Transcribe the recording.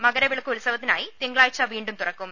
മകരവി ളക്ക് ഉത്സവത്തിനായി തിങ്കളാഴ്ച വീണ്ടും തുറക്കും